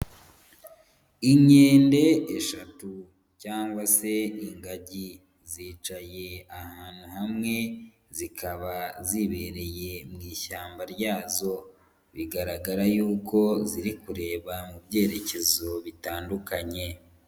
Inkende eshatu cyangwa se ingagi, zicaye ahantu hamwe zikaba zibereye mu ishyamba ryazo. Bigaragara yuko ziri kureba mu byerekezo bitandukanye.